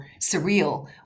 surreal